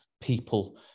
people